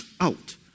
out